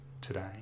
today